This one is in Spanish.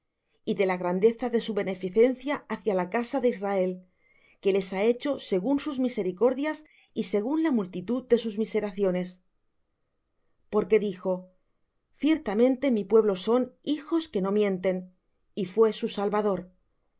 y de la grandeza de su beneficencia hacia la casa de israel que les ha hecho según sus misericordias y según la multitud de sus miseraciones porque dijo ciertamente mi pueblo son hijos que no mienten y fué su salvador